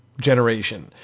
generation